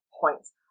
points